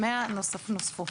100 נוספו.